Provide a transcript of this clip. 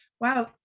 wow